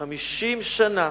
50 שנה